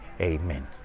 Amen